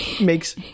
makes